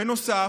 בנוסף,